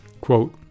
Quote